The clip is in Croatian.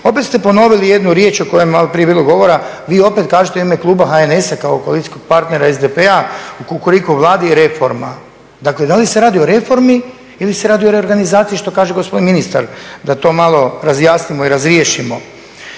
Opet ste ponovili jednu riječ o kojoj je maloprije bilo govora, vi opet kažete u ime kluba HNS-a kao koalicijskog partnera SDP-a u Kukuriku vladi reforma. Dakle, da li se radi o reformi ili se radi o reorganizaciji što kaže gospodin ministar da to malo razjasnimo i razriješimo.